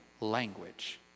language